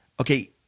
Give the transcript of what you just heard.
Okay